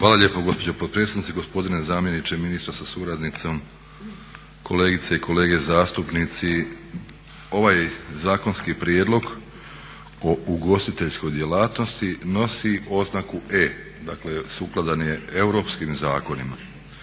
Hvala lijepo gospođo potpredsjednice, gospodine zamjeniče ministra sa suradnicom, kolegice i kolege zastupnici. Ovaj zakonski prijedlog o ugostiteljskoj djelatnosti nosi oznaku "E", dakle sukladan je europskim zakonima.